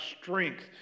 strength